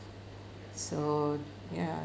so ya